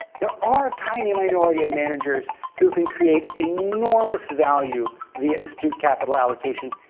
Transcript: there are a tiny minority of managers who can create enormous value via astute capital allocation,